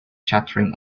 chattering